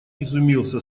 изумился